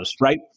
right